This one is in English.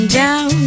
down